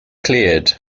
cleared